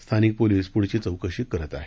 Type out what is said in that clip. स्थानिका police पुढील चौकशी करत आहेत